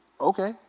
okay